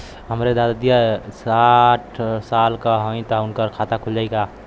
हमरे दादी साढ़ साल क हइ त उनकर खाता खुल जाई?